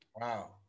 Wow